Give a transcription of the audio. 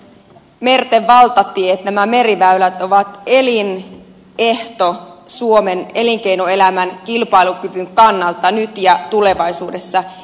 merten valtatiet nämä meriväylät ovat elinehto suomen elinkeinoelämän kilpailukyvyn kannalta nyt ja tulevaisuudessa